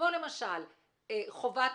הפסולת